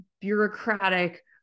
bureaucratic